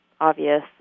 obvious